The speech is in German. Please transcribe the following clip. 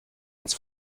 ins